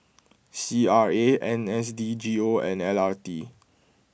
C R A N S D G O and L R T